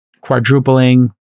quadrupling